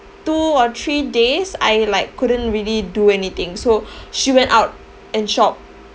two or three days I like couldn't really do anything so she went out and shop